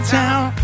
town